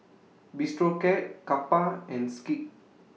Bistro Cat Kappa and Schick